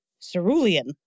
Cerulean